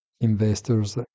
investors